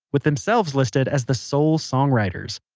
with themselves listed as the sole songwriters.